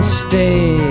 stay